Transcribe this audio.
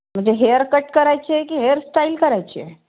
म्हणजे हेअरकट करायची आहे की हेअरस्टाईल करायची आहे